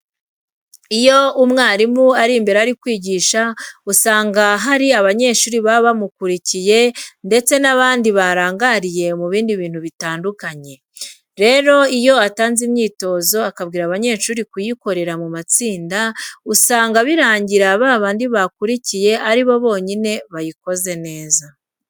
Iyo umwarimu ari imbere ari kwigisha usanga hari abanyeshuri baba bamukurikiye ndetse n'abandi barangariye mu bindi bintu bitandukanye. Rero iyo atanze imyitozo akabwira abanyeshuri kuyikorera mu matsinda usanga birangiye ba bandi bakurikiye ari bo bonyine bayikoze neza.